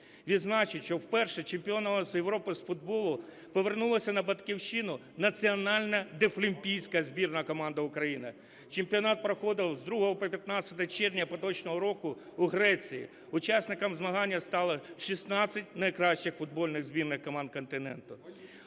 Відзначити, що вперше чемпіонами Європи з футболу повернулася на батьківщину Національна дефлімпійська збірна команда України. Чемпіонат проходив з 2 по 15 червня поточного року в Греції. Учасниками змагань стали 16 найкращих футбольних збірних команд континенту.